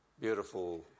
beautiful